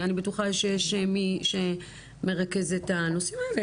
אני בטוחה שיש מי שמרכז את הנושאים האלה.